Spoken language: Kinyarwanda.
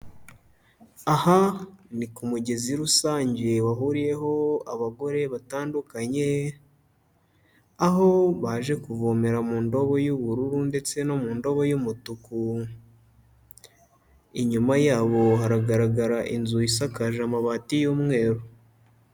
Aha ni ku mugezi rusange wahuriyeho abagore batandukanye, aho baje kuvomera mu ndobo y'ubururu ndetse no mu ndobo y'umutuku, inyuma yabo haragaragara inzu isakaje amabati y'umweru.